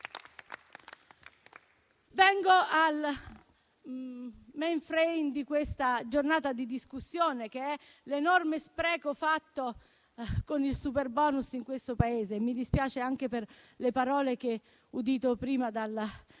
Vengo al tema centrale di questa giornata di discussione, che è l'enorme spreco fatto con il superbonus in questo Paese. Mi dispiace anche per le parole che ho udito prima dal